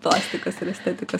plastikos ir estetikos